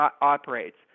operates